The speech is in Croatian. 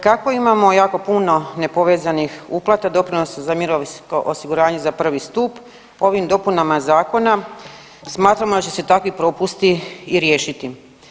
Kako imamo jako puno nepovezanih uplata doprinosa za mirovinsko osiguranje za prvi stup ovim dopunama zakona smatramo da će se takvi propusti i riješiti.